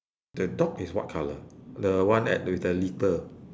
the dog is what colour the one at with the litter